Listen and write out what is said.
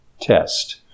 test